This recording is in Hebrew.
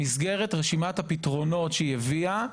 במסגרת רשימת הפתרונות שהביאה,